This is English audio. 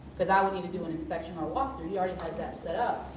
because i would need to do an inspection or walk through, he already had that set up.